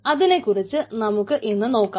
അതിനെ കുറിച്ച് നമുക്ക് ഇന്ന് നോക്കാം